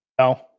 No